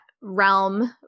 realm